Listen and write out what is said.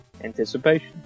anticipation